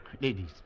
ladies